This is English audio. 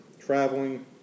traveling